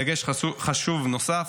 דגש חשוב נוסף: